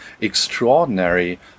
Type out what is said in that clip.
extraordinary